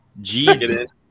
Jesus